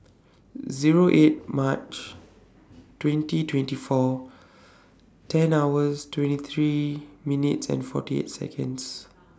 Zero eight March twenty twenty four ten hours twenty three minutes and forty eight Seconds